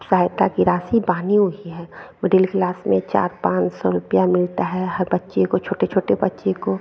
सहायता की राशि बाँधी हुई है मिडिल क्लास में चार पाँच सौ रुपया मिलता है हर बच्चे को छोटे छोटे बच्चों को